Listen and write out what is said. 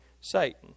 Satan